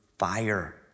Fire